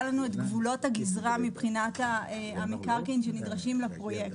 לנו את גבולות הגזרה מבחינת המקרקעין שנדרשים לפרויקט,